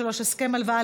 נחמיאס ורבין,